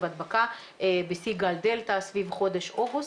הדבקה בשיא גל דלתא סביב חודש אוגוסט,